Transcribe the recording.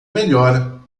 melhor